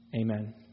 Amen